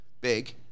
big